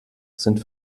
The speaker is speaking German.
sind